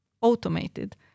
automated